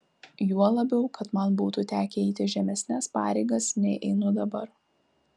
juo labiau kad man būtų tekę eiti žemesnes pareigas nei einu dabar